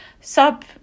sub